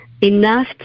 enough